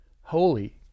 holy